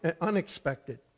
unexpected